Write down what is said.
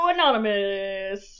Anonymous